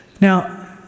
Now